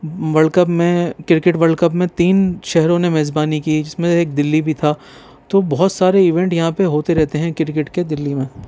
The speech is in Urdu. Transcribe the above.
ورلڈ کپ میں کرکٹ ورلڈ کپ میں تین شہروں نے میزبانی کی جس میں ایک دِلّی بھی تھا تو بہت سارے ایونٹ یہاں پہ ہوتے رہتے ہیں کرکٹ کے دِلّی میں